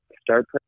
start